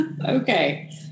Okay